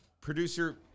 producer